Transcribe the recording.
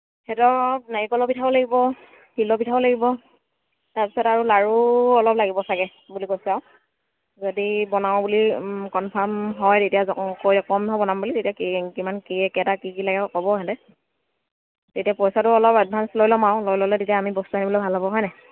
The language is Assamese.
সেইটো আৰু নাৰিকলৰ পিঠাও লাগিব তিলৰ পিঠাও লাগিব তাৰ পিছত আৰু লাড়ু অলপ লাগিব চাগৈ বুলি কৈছে আৰু যদি বনাওঁ বুলি কনফাৰ্ম হয় তেতিয়া ক'ম নহয় বনাম বুলি তেতিয়া কিমান কেইটা কি কি লাগিব ক'ব সিহঁতে তেতিয়া পইচাটো অলপ এডভাঞ্চ লৈ ল'ম আৰু লৈ ল'লে তেতিয়া আমি বস্তু আনিবলৈ ভাল হ'ব হয় নাই